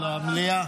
או למליאה?